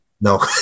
No